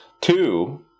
Two